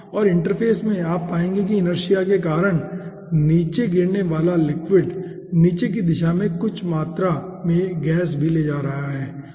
और इंटरफेस में आप पाएंगे कि ईनर्शिया के कारण नीचे गिरने वाला लिक्विड नीचे की दिशा में कुछ मात्रा में गैस भी ले जा रहा है